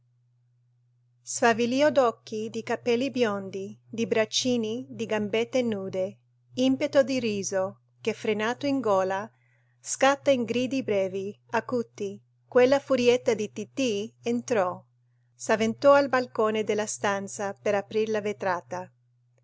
sfavillio d'occhi di capelli biondi di braccini di gambette nude impeto di riso che frenato in gola scatta in gridi brevi acuti quella furietta di tittì entrò s'avventò al balcone della stanza per aprir la vetrata